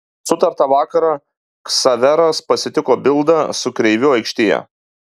sutartą vakarą ksaveras pasitiko bildą su kreiviu aikštėje